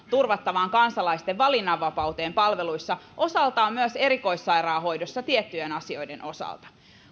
turvattavaan kansalaisten valinnanvapauteen palveluissa osaltaan myös erikoissairaanhoidossa tiettyjen asioiden osalta